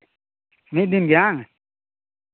ᱢᱤᱫ ᱫᱤᱱᱜᱮ ᱵᱟᱝ